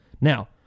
Now